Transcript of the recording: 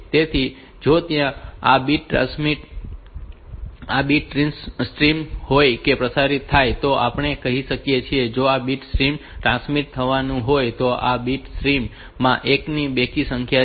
તેથી જો ત્યાં આ બીટ સ્ટ્રીમ હોય કે જે પ્રસારિત થાય તો આપણે કહી શકીએ કે જો આ બીટ સ્ટ્રીમ ટ્રાન્સમિટ થવાની હોય તો આ બીટ સ્ટ્રીમ માં 1 ની બેકી સંખ્યા છે